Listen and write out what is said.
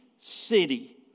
city